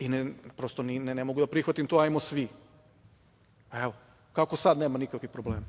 ne mogu da prihvatim to - hajmo svi. Evo, kako sad nema nikakvih problema?